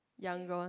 younger